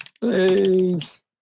please